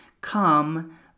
come